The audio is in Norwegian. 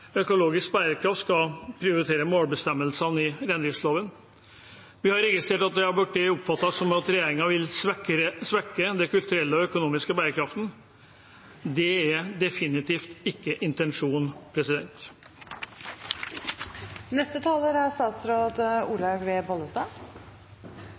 økologisk bærekraft skal prioritere målbestemmelsene i reindriftsloven. Vi har registrert at det har blitt oppfattet som om regjeringen vil svekke den kulturelle og økonomiske bærekraften. Det er definitivt ikke intensjonen.